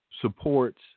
supports